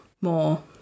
more